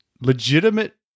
legitimate